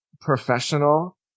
professional